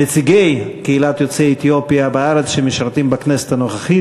נציגי קהילת יוצאי אתיופיה בארץ שמשרתים בכנסת הנוכחית,